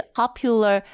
popular